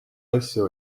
asja